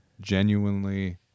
genuinely